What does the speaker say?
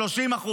30%,